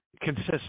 consists